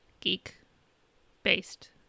geek-based